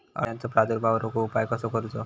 अळ्यांचो प्रादुर्भाव रोखुक उपाय कसो करूचो?